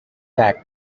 tech